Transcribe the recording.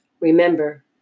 Remember